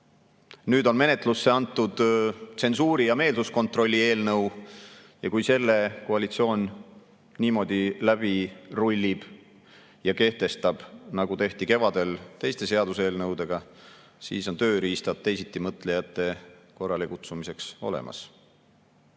Nüüd on menetlusse antud tsensuuri ja meelsuskontrolli eelnõu. Kui koalitsioon selle niimoodi läbi rullib ja kehtestab, nagu tehti kevadel teiste seaduseelnõudega, siis on tööriistad teisitimõtlejate korralekutsumiseks olemas.